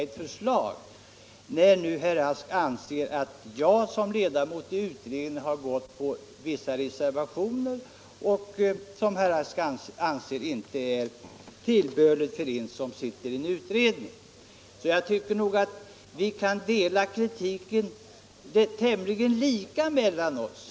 Herr Rask anser det inte tillbörligt att jag som ledamot av utredningen stöder vissa reservationer. Jag tycker nog att vi kan dela kritiken tämligen lika mellan oss.